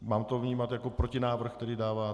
Mám to vnímat jako protinávrh, který dáváte?